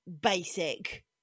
basic